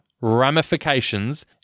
ramifications